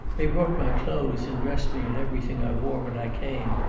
they brought my clothes and dressed me in everything i wore when i came,